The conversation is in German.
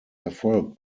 erfolg